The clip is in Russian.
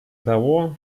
того